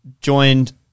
joined